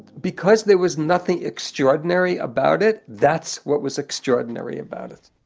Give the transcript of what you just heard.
because there was nothing extraordinary about it, that's what was extraordinary about it